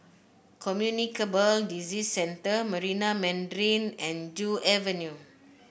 Communicable Disease Center Marina Mandarin and Joo Avenue